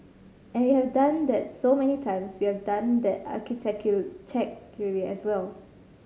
and we have done that so many times we have done that as well